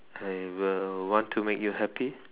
I will want to make you happy